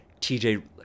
TJ